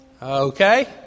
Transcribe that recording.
Okay